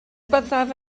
byddaf